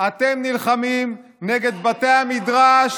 אתם נלחמים נגד בתי המדרש,